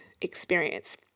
experience